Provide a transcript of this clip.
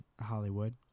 Hollywood